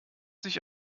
sich